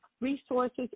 resources